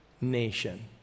nation